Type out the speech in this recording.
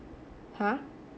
!huh!